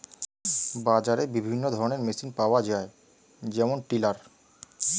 বাজারে বিভিন্ন ধরনের মেশিন পাওয়া যায় যেমন টিলার